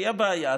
תהיה בעיה?